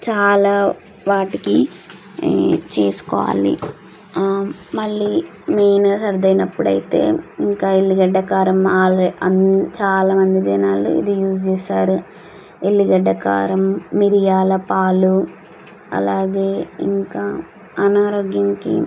చాలా వాటికి చేసుకోవాలి మళ్ళీ మెయిన్గా సర్ది అయినప్పుడైతే ఇంకా ఎల్లిగడ్డ కారం ఆల్ ఆ చాలామంది జనాలు ఇది యూస్ చేస్తారు ఎల్లిగడ్డ కారం మిరియాల పాలు అలాగే ఇంకా అనారోగ్యానికి